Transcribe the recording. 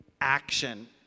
action